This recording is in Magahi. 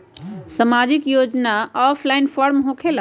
समाजिक योजना ऑफलाइन फॉर्म होकेला?